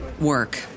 work